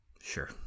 sure